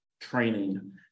training